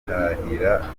bitahira